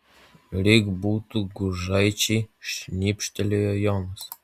lyg būtų gužaičiai šnibžtelėjo jonas